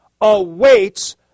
awaits